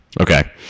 Okay